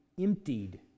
emptied